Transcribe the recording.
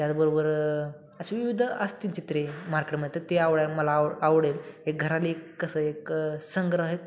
त्याचबरोबर असे विविध असतील चित्रे मार्केटमध्ये तर ते आवडेल मला आव आवडेल एक घराला एक कसं एक संग्रह